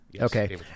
Okay